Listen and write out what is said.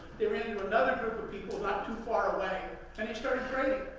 they ran into another group of people not too far away, and they started trading.